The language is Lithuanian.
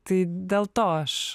tai dėl to aš